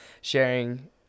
sharing